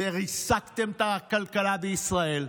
ריסקתם את הכלכלה בישראל,